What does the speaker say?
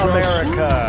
America